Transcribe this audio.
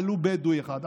ולו בדואי אחד.